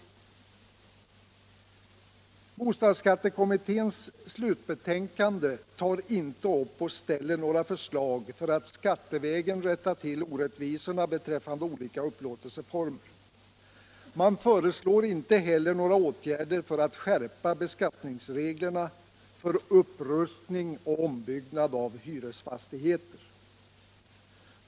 I bostadsskattekommitténs slutbetänkande ställs inte några förslag för att skattevägen få bort orättvisorna beträffande olika upplåtelseformer. Man föreslår inte heller några åtgärder för att skärpa beskattningsreglerna för upprustning och ombyggnad av hyresfastigheter.